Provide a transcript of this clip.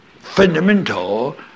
fundamental